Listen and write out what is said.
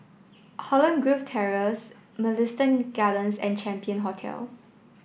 Holland Grove Terrace Mugliston Gardens and Champion Hotel